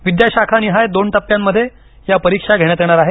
विद्याशाखानिहाय दोन टप्प्यांमध्ये या परीक्षा घेण्यात येणार आहेत